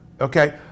Okay